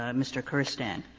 um mr. kirtsaeng,